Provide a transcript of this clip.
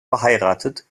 verheiratet